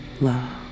love